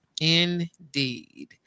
Indeed